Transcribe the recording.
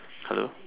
hello